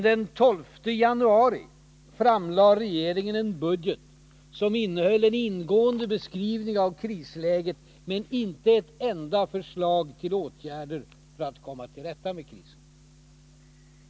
Den 12 januari framlade regeringen en budget som innehöll en ingående beskrivning av prisläget, men inte ett enda förslag till åtgärder för att komma till rätta med krisen.